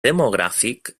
demogràfic